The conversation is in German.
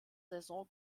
saison